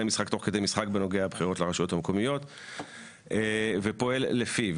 משחק תוך כדי משחק בנוגע לבחירות לרשויות המקומיות ופועל לפיו.